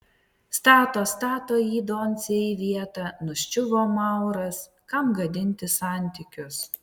stato stato jį doncė į vietą nuščiuvo mauras kam gadinti santykius